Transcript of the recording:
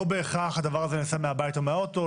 לא בהכרח הדבר הזה נעשה מהבית או מהאוטו,